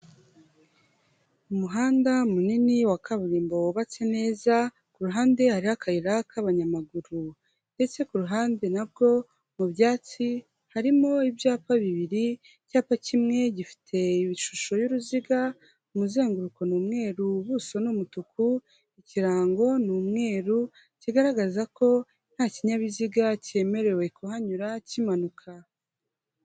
Umuhanda munini wa kaburimbo wubatse neza, kuru ruhande hariho akayira k'abanyamaguru ndetse ku ruhande nabwo mu byatsi harimo ibyapa bibiri, icyapa kimwe gifite ishusho y'uruziga, umuzenguruko n'umweru ubuso n'umutuku, ikirango n'umweru kigaragaza ko nta kinyabiziga cyemerewe kuhanyura kimanuka.